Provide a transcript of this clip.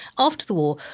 after the war,